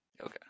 Okay